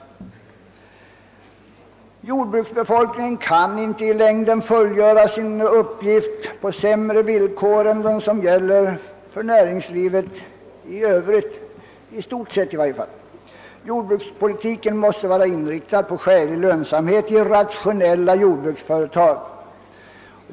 Jordbruksbefolkningen kan inte i längden fullgöra sin uppgift på sämre villkor än dem som gäller för näringslivet i övrigt, i stort sett i varje fall. Jordbrukspolitiken måste vara inriktad på skälig lönsamhet i rationella jordbruksföretag.